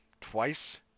twice